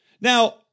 Now